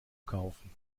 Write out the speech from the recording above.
kaufen